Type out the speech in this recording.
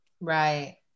right